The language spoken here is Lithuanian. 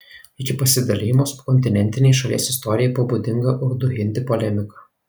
iki pasidalijimo subkontinentinei šalies istorijai buvo būdinga urdu hindi polemika